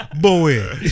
Boy